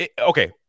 okay